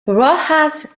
rojas